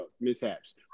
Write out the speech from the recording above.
mishaps